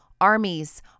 armies